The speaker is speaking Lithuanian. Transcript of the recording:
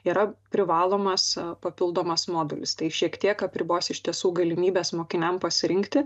yra privalomas papildomas modulis tai šiek tiek apribos iš tiesų galimybes mokiniam pasirinkti